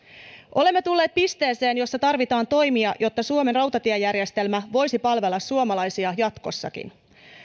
olemme tulleet pisteeseen jossa tarvitaan toimia jotta suomen rautatiejärjestelmä voisi palvella suomalaisia jatkossakin